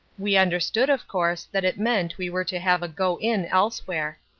we understood of course that it meant we were to have a go in elsewhere.